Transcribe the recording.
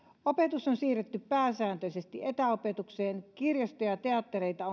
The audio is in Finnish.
opetus on siirretty pääsääntöisesti etäopetukseen kirjastoja ja teattereita